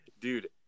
dude